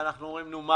ואנחנו אומרים: נו,